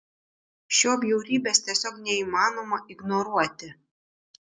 šio bjaurybės tiesiog neįmanoma ignoruoti